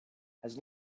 has